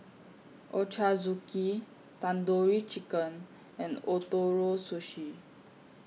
Ochazuke Tandoori Chicken and Ootoro Sushi